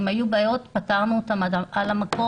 אם היו בעיות פתרנו אותם במקום.